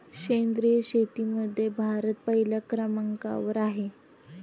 सेंद्रिय शेतीमध्ये भारत पहिल्या क्रमांकावर आहे